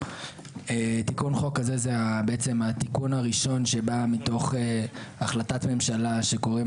תיקון החוק הזה זה התיקון הראשון שבא מתוך החלטת הממשלה שקוראים